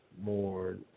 more